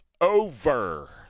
over